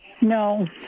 No